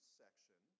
section